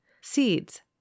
Seeds